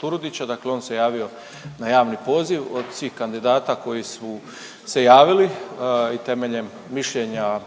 Turudića dakle on se javio na javni poziv, od svih kandidata koji su se javili i temeljem mišljenja